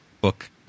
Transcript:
book